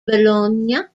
bologna